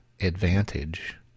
advantage